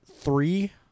Three